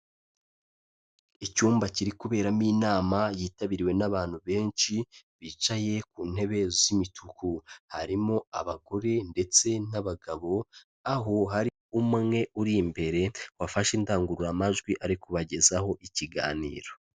Icyumba kiri kuberamo inama yitabiriwe n'abantu benshi bicaye ku ntebe z'imituku. Harimo abagore ndetse n'abagabo, aho hari umwe uri imbere, wafashe indangururamajwi ari kubagezaho ikiganiro.